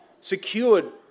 secured